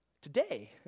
today